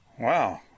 wow